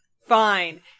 Fine